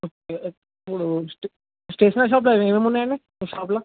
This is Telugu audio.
ఓకే ఇప్పుడు స్టే స్టేషనరీ షాప్లో ఏమి ఉన్నాయండి మీ షాపులో